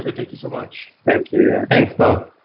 but thank you so much. thank you. thanks, bob.